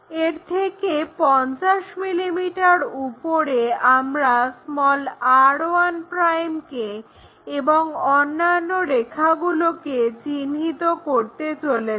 এর থেকে 50 mm উপরে আমরা r1' কে এবং অন্যান্য রেখাগুলোকে চিহ্নিত করতে চলেছি